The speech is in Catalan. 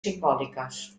simbòliques